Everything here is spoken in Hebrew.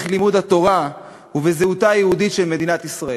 לימוד התורה ובזהותה היהודית של מדינת ישראל,